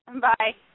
Bye